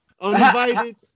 Uninvited